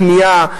לכניעה,